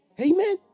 Amen